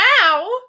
now